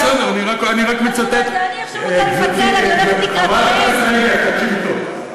בסדר, אני רק מצטט, חברת הכנסת רגב, תקשיבי טוב.